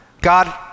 God